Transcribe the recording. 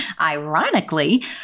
ironically